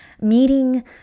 meeting